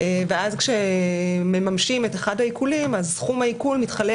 ואז כשמממשים את אחד העיקולים אז סכום העיקול מתחלק